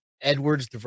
Edwards